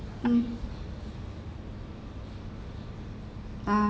mm uh